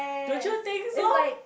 don't you think so